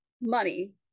money